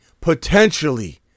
potentially